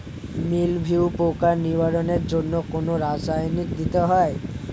মিলভিউ পোকার নিবারণের জন্য কোন রাসায়নিক দিতে হয়?